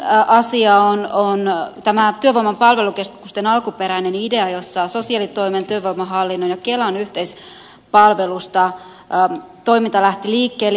toinen asia on tämä työvoiman palvelukeskusten alkuperäinen idea jossa sosiaalitoimen työvoimahallinnon ja kelan yhteispalvelusta toiminta lähti liikkeelle